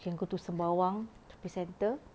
you can go to sembawang shopping centre